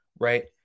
Right